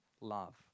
love